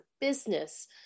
business